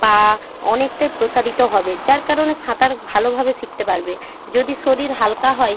পা অনেকটাই প্রসারিত হবে যার কারণে সাঁতার ভালোভাবে শিখতে পারবে যদি শরীর হালকা হয়